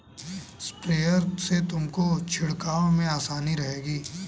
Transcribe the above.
sprayer से तुमको छिड़काव में आसानी रहेगी